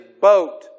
boat